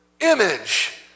image